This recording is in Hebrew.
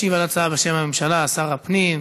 ישיב על ההצעה בשם הממשלה שר הפנים,